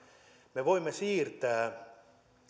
me voimme siirtää